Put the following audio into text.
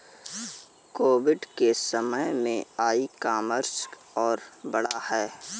Covid के समय में ई कॉमर्स और बढ़ा है